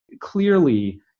clearly